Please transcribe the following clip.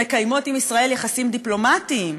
שמקיימות עם ישראל יחסים דיפלומטיים,